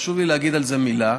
חשוב לי להגיד על זה מילה.